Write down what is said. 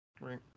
Right